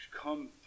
come